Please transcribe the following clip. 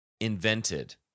invented